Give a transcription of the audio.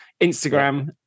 instagram